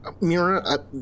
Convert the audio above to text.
Mira